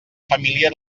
família